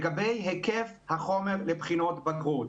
לגבי היקף החומר לבחינות בגרות.